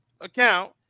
account